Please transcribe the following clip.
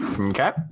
Okay